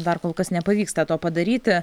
dar kol kas nepavyksta to padaryti